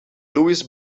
louis